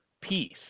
peace